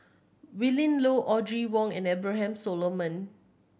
Willin Low Audrey Wong and Abraham Solomon